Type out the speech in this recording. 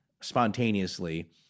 spontaneously